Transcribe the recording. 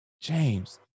James